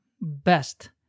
best